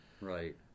right